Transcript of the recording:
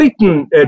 written